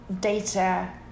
Data